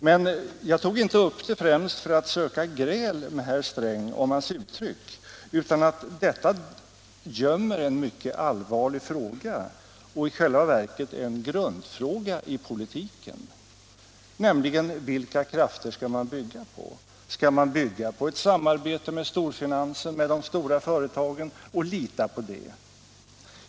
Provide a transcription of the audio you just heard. Men jag tog inte upp detta främst för att söka gräl med herr Sträng om hans uttryck utan därför att detta gömmer en mycket allvarlig fråga — i själva verket en grundfråga i politiken — nämligen: Vilka krafter skall man bygga på? Skall man bygga på ett samarbete med storfinansen och de stora företagen och lita på det?